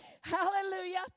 hallelujah